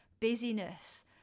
busyness